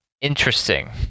Interesting